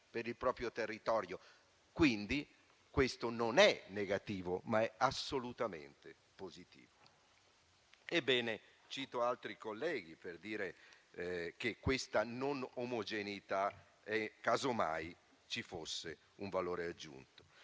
per il proprio territorio. Questo non è negativo, ma è assolutamente positivo. Cito altri colleghi, per dire che questa non omogeneità, casomai ci fosse, è un valore aggiunto.